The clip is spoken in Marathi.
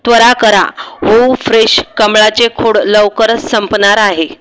त्वरा करा होवू फ्रेश कमळाचे खोड लवकरच संपणार आहे